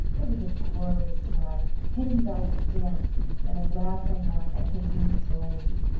it was a glorious drive. peggy's eyes danced and her laugh rang out at hazen's drolleries.